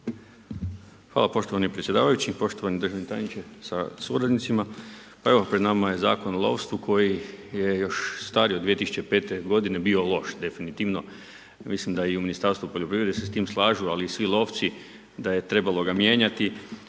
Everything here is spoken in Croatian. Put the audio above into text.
Hvala poštovani predsjedavajući, poštovani državni tajničke sa suradnicama, pa evo pred nama je Zakon o lovstvu koji je još stariji od 2005. godine bio loš, definitivno mislim da i u Ministarstvu poljoprivrede se s tim slažu ali i svi lovci da je trebalo ga mijenjati